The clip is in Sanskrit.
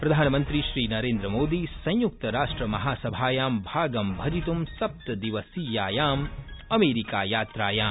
प्रधानमन्त्री श्रीनरेन्द्रमोदी संयुक्तराष्ट्रमहासभायां भागं ग्रहीत् सप्तदिवसीयायां अमेरीका यात्रायाम्